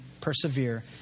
persevere